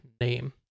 name